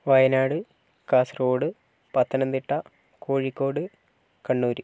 Wayanad Kasaragod Pathanamthitta Kozhikode Kannur